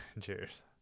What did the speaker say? Cheers